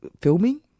filming